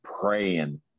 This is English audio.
praying